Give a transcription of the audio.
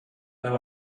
there